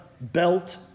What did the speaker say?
belt